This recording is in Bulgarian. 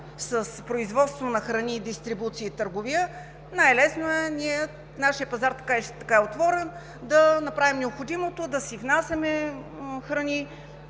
с производство на храни, дистрибуция и търговия. Най-лесно е – нашият пазар така и така е отворен, да направим необходимото, за да си внасяме храни,